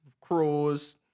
crows